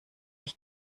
ich